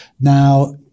Now